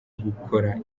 gukora